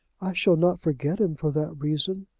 shall not forget him for that reason.